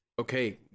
Okay